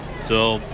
so,